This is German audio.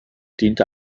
dient